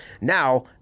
Now